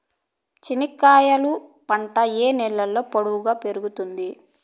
చెనక్కాయలు పంట ఏ నేలలో పొడువుగా పెరుగుతుంది?